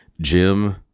Jim